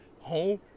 home